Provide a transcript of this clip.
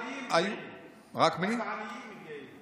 כי נראה שרק העניים מגיעים.